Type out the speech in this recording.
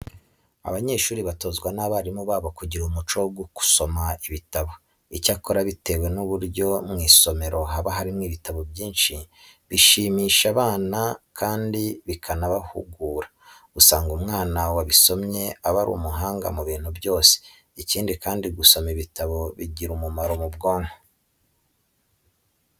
Abanyeshuri batozwa n'abarimu babo kugira umuco wo gusoma ibitabo. Icyakora bitewe n'uburyo mu isomero haba harimo ibitabo byinshi bishimisha abana kandi bikanabahugura, usanga umwana wabisomye aba ari umuhanga mu bintu byose. Ikindi kandi gusoma ibitabo bigira umumaro ku bwonko.